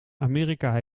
amerika